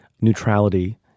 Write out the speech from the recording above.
neutrality